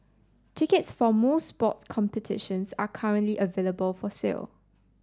tickets for most sports competitions are currently available for sale